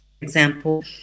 example